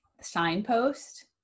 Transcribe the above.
signpost